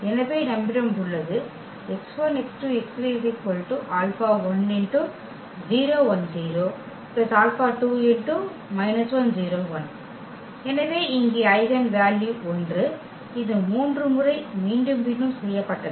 எனவே நம்மிடம் உள்ளது எனவே இங்கே ஈஜென்வெல்யூ 1 இது 3 முறை மீண்டும் மீண்டும் செய்யப்பட்டது